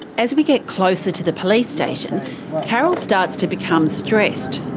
as we get closer to the police station carol starts to become stressed.